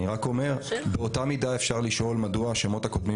אני רק אומר שבאותה מידה אפשר לשאול מדוע השמות הקודמים